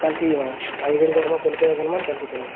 କାଲକେ ଯିମା ଆଜି ଡେଟ୍ ଧରମା ଫୋନ୍ ପେରେ ଘିନମା କାଲକେ ପଲାମା